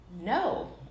no